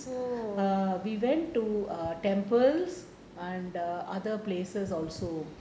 err we went to err temples and the other places also